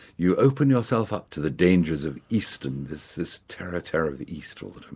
you open yourself up to the dangers of eastern, this this terror terror of the east all the time,